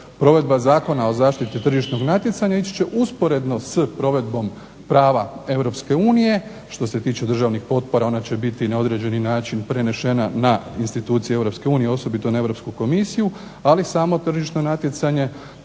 provedba Zakona o zaštiti tržišnog natjecanja ići će usporedno s provedbom prava Europske unije. Što se tiče državnih potpora ona će biti na određeni način prenešena na institucije Europske unije, osobito na Europsku komisiju, ali samo tržišno natjecanje